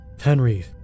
Henry